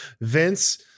Vince